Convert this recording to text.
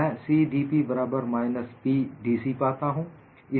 मैं CdP बराबर minus PdC पाता हूं